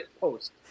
post